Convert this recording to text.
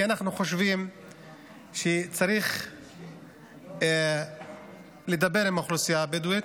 כי אנחנו חושבים שצריך לדבר עם האוכלוסייה הבדואית,